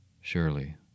Surely